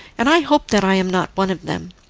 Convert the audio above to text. and i hope that i am not one of them.